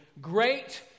great